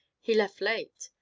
he left late.